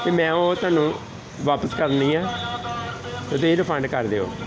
ਕਿ ਮੈਂ ਉਹ ਤੁਹਾਨੂੰ ਵਾਪਸ ਕਰਨੀ ਆ ਅਤੇ ਤੁਸੀਂ ਰਿਫੰਡ ਕਰ ਦਿਓ